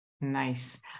Nice